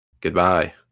Goodbye